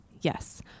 Yes